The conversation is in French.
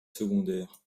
secondaire